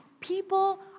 People